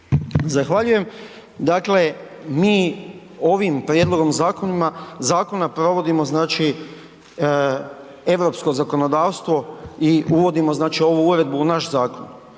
Zahvaljujem. Dakle mi ovim prijedlogom zakona provodimo znači europsko zakonodavstvo i uvodimo znači ovu uredbu u naš zakon.